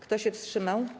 Kto się wstrzymał?